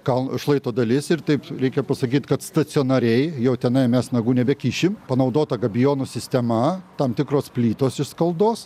kal šlaito dalis ir taip reikia pasakyt kad stacionariai jau tenai mes nagų nebekišim panaudota gabionų sistema tam tikros plytos iš skaldos